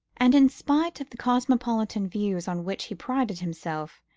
and, in spite of the cosmopolitan views on which he prided himself,